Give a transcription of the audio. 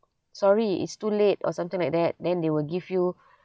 sorry it's too late or something like that then they will give you